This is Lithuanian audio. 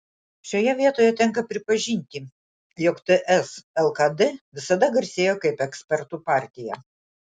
šioje vietoje tenka pripažinti jog ts lkd visada garsėjo kaip ekspertų partija